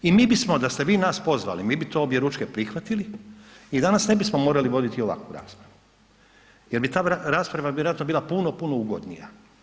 I mi bismo da ste vi nas pozvali, mi to objeručke prihvatili i danas ne bismo morali voditi ovakvu raspravu jer bi ta rasprava vjerojatno bila puno, puno ugodnija.